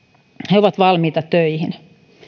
he ovat valmiita töihin